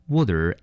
Water